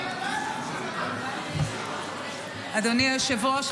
אדוני היושב-ראש,